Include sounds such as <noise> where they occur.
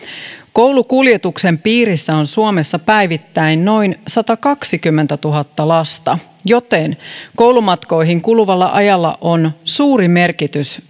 koulukuljetuksen piirissä on suomessa päivittäin noin satakaksikymmentätuhatta lasta joten koulumatkoihin kuluvalla ajalla on suuri merkitys <unintelligible>